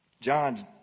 John's